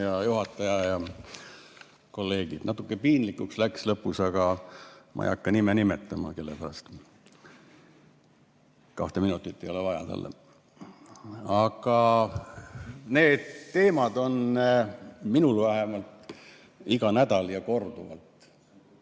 Hea juhataja! Head kolleegid! Natukene piinlikuks läks lõpus, aga ma ei hakka nime nimetama, kelle pärast. Kahte minutit ei ole vaja talle. Aga need teemad on minul vähemalt [laual] iga nädal ja korduvalt.